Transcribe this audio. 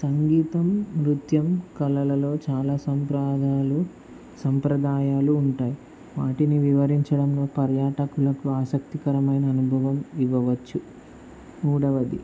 సంగీతం నృత్యం కళలలో చాలా సంప్రదాలు సంప్రదాయాలు ఉంటాయి వాటిని వివరించడంలో పర్యాటకులకు ఆసక్తికరమైన అనుభవం ఇవ్వవచ్చు మూడవది